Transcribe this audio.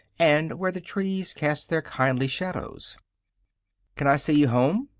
and where the trees cast their kindly shadows can i see you home?